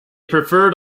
preferred